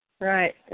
Right